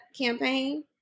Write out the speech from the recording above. campaign